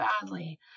badly